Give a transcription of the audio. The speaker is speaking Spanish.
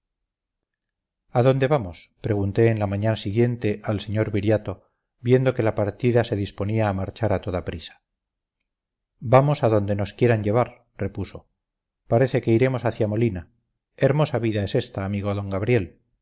a dónde vamos pregunté en la mañana siguiente al sr viriato viendo que la partida se disponía a marchar a toda prisa vamos a donde nos quieran llevar repuso parece que iremos hacia molina hermosa vida es esta amigo d gabriel